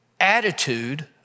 attitude